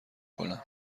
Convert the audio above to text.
کنم